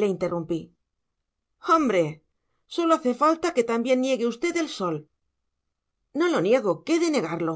le interrumpí hombre sólo falta que también niegue usted el sol no lo niego qué he de negarlo